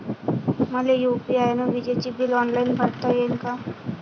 मले यू.पी.आय न विजेचे बिल ऑनलाईन भरता येईन का?